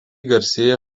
garsėja